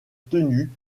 tenus